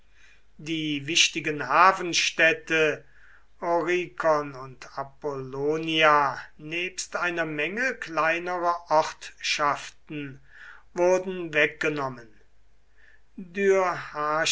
die wichtigen hafenstädte orikon und apollonia nebst einer menge kleinerer ortschaften wurden weggenommen